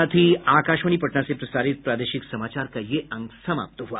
इसके साथ ही आकाशवाणी पटना से प्रसारित प्रादेशिक समाचार का ये अंक समाप्त हुआ